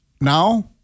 now